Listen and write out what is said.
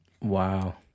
Wow